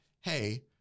hey